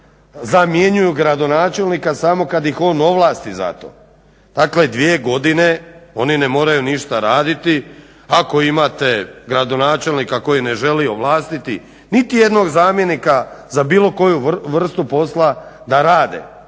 zamjenjuju gradonačelnika samo kad ih on ovlasti za to, dakle 2 godine oni ne moraju ništa raditi. Ako imate gradonačelnika koji ne želi ovlastiti niti jednog zamjenika za bilo koju vrstu posla da rade